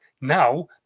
now